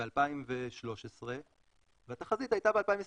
ב-2013 והתחזית הייתה ב-2023,